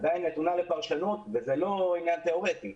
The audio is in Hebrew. עדיין נתונה לפרשנות וזה לא עניין תיאורטי.